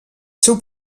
seu